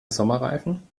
sommerreifen